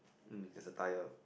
um there is a tyre